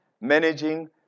managing